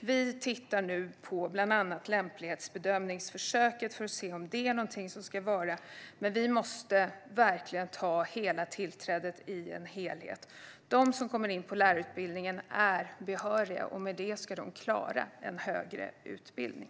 Vi tittar nu bland annat på lämplighetsbedömningsförsöket för att se om det är någonting som ska användas, men vi måste verkligen ta ett helhetsgrepp om tillträdet. De som kommer in på lärarutbildningen är behöriga, och i och med det ska de klara en högre utbildning.